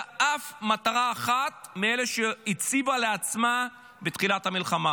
אף מטרה אחת מאלו שהציבה לעצמה בתחילת המלחמה.